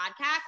podcast